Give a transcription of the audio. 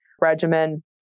regimen